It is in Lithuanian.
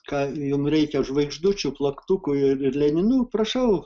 ką jum reikia žvaigždučių plaktukų ir ir leninų prašau